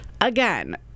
again